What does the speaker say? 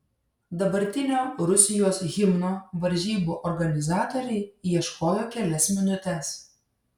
dabartinio rusijos himno varžybų organizatoriai ieškojo kelias minutes